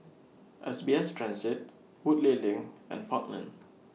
S B S Transit Woodleigh LINK and Park Lane